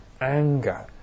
anger